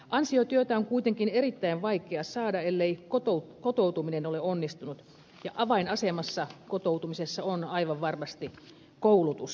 ansiotyötä on kuitenkin erittäin vaikea saada ellei kotoutuminen ole onnistunut ja avainasemassa kotoutumisessa on aivan varmasti koulutus